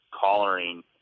collaring